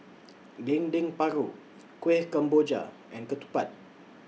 Dendeng Paru Kueh Kemboja and Ketupat